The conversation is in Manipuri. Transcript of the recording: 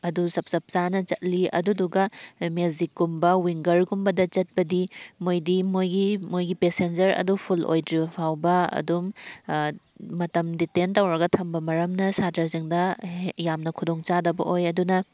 ꯑꯗꯨ ꯆꯞ ꯆꯞ ꯆꯥꯅ ꯆꯠꯂꯤ ꯑꯗꯨꯗꯨꯒ ꯃꯦꯖꯤꯛꯀꯨꯝꯕ ꯋꯤꯡꯒꯔꯒꯨꯝꯕꯗ ꯆꯠꯄꯗꯤ ꯃꯣꯏꯗꯤ ꯃꯣꯏꯒꯤ ꯃꯣꯏꯒꯤ ꯄꯦꯁꯦꯟꯖꯔ ꯑꯗꯨ ꯐꯨꯜ ꯑꯣꯏꯗ꯭ꯔꯤꯕ ꯐꯥꯎꯕ ꯑꯗꯨꯝ ꯃꯇꯝ ꯗꯤꯇꯦꯟ ꯇꯧꯔꯒ ꯊꯝꯕ ꯃꯔꯝꯅ ꯁꯥꯇ꯭ꯔꯁꯤꯡꯗ ꯌꯥꯝꯅ ꯈꯨꯗꯣꯡꯆꯥꯗꯕ ꯑꯣꯏ ꯑꯗꯨꯅ